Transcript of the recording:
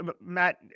Matt